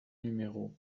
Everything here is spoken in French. numéro